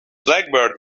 blackbird